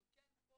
אנחנו כן פה